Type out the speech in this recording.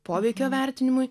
poveikio vertinimui